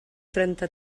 trenta